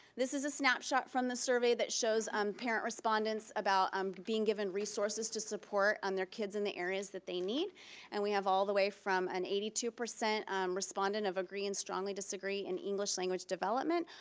this is a snapshot from the survey that shows um parent respondents about um being given resources to support on their kids in the areas that they need and we have all the way from an eighty two percent respondent of agree and strongly disagree in english language development,